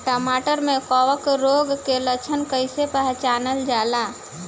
टमाटर मे कवक रोग के लक्षण कइसे पहचानल जाला?